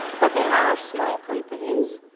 but there are small companies,